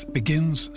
begins